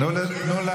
אה, אין בעיה.